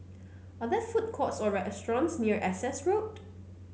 are there food courts or restaurants near Essex Road